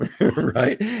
right